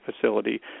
facility